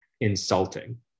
insulting